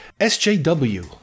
SJW